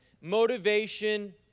motivation